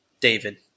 David